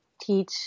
teach